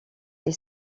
est